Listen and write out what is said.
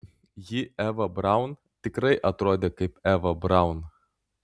ji eva braun tikrai atrodė kaip eva braun